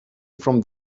from